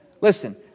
Listen